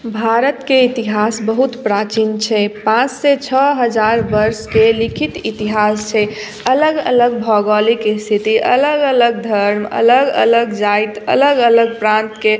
भारतके इतिहास बहुत प्राचीन छै पाँचसँ छओ हजार वर्षके लिखित इतिहास छै अलग अलग भौगोलिक स्थिति अलग अलग धर्म अलग अलग जाति अलग अलग प्रान्तके